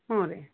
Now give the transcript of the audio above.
ಹ್ಞೂ ರೀ